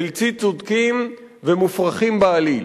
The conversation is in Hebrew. בלתי צודקים ומופרכים בעליל.